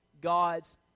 God's